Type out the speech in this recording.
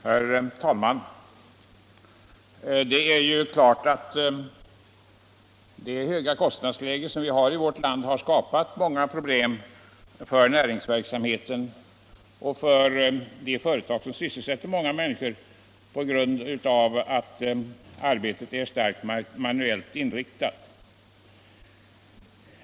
Herr talman! Det är klart att det höga kostnadsläge som vi har i vårt land har skapat många problem för näringslivet och för de företag som sysselsätter många människor på grund av att arbetet är starkt manuellt inriktat.